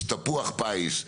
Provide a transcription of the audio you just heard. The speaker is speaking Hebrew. יש תפוח פיס,